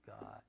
God